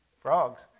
Frogs